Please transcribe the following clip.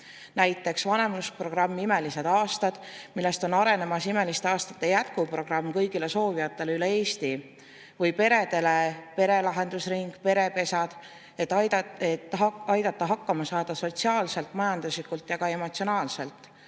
Näiteks vanemlusprogramm "Imelised aastad", millest on arenemas "Imeliste aastate" jätkuprogramm kõigile soovijatele üle Eesti. Või peredele [projekt] "Pere lahendusring", Perepesa [keskused], et aidata hakkama saada sotsiaalselt, majanduslikult ja ka emotsionaalselt.